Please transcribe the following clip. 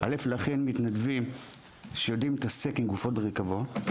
להכין מתנדבים שיודעים להתעסק עם גופות בריקבון,